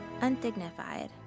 undignified